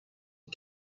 and